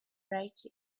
write